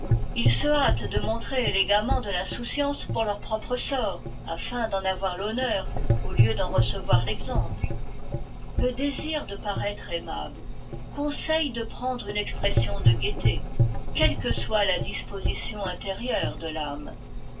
ils se hâtent de montrer élégamment de l'insouciance pour leur propre sort afin d'en avoir l'honneur au lieu d'en recevoir l'exemple le désir de paraître aimable conseille de prendre une expression de gaieté quelle que soit la disposition intérieure de l'âme